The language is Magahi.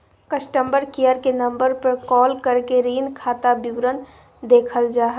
कस्टमर केयर के नम्बर पर कॉल करके ऋण खाता विवरण देखल जा हय